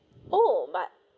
oh but